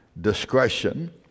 discretion